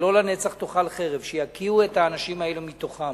שלא לנצח תאכל חרב, שיקיאו את האנשים האלה מתוכם.